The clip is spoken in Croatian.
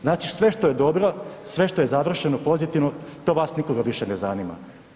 Znači sve što je dobro, sve što je završeno pozitivno, to vas nikoga više ne zanima.